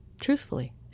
Truthfully